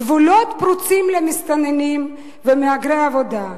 גבולות פרוצים למסתננים ומהגרי עבודה.